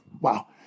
Wow